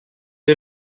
est